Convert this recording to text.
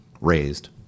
raised